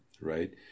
right